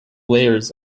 layers